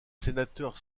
sénateurs